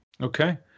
Okay